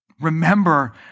remember